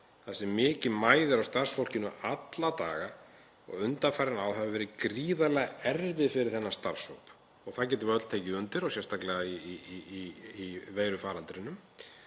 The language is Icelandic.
þar sem mikið mæðir á starfsfólkinu alla daga og undanfarin ár hafa verið gífurlega erfið fyrir þennan sama hóp.“ — Það getum við öll tekið undir og sérstaklega á það við um